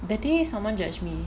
the day someone judge me